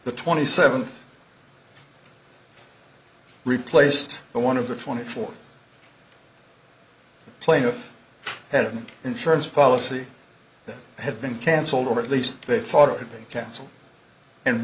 the twenty seventh replaced but one of the twenty four plaintiff had an insurance policy that have been cancelled or at least they thought it would be cancelled and